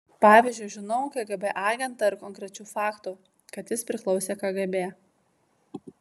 pavyzdžiui žinau kgb agentą ir konkrečių faktų kad jis priklausė kgb